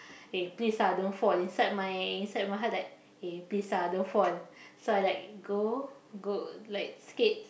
eh please lah don't fall inside my inside my heart like eh please lah don't fall so I like go go like skate